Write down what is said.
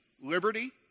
Liberty